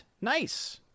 Nice